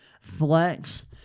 flex